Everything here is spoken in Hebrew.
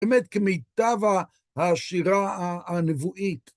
באמת כמיטב השירה הנבואית.